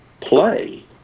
play